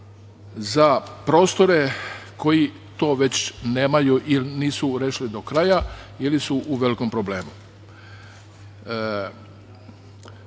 za prostore koji to već nemaju ili nisu rešili do kraja ili su u velikom problemu.